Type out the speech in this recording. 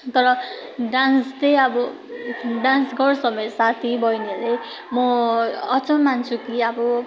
तर डान्स चाहिँ अब डान्स गर्छ मेरो साथी बहिनीहरूले म अचम्म मान्छु कि अब